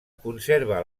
conserva